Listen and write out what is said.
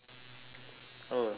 oh did you get to pee